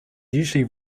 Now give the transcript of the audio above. usually